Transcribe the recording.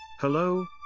Hello